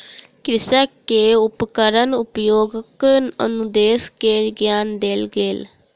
कृषक के उपकरण उपयोगक अनुदेश के ज्ञान देल गेल